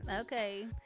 Okay